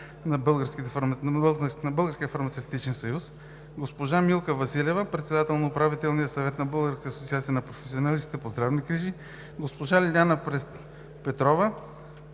на Българския фармацевтичен съюз; госпожа Милка Василева – председател на Управителния съвет на Българската асоциация на професионалистите по здравни грижи; госпожа Лиляна Петрова